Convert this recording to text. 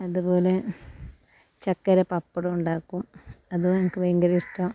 അതുപോലെ ചക്കര പപ്പടം ഉണ്ടാക്കും അതും എനിക്ക് ഭയങ്കര ഇഷ്ട്ടം